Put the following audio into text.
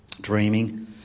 dreaming